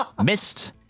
missed